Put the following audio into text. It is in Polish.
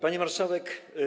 Pani Marszałek!